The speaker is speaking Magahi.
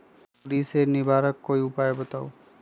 सुडी से निवारक कोई उपाय बताऊँ?